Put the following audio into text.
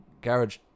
Garage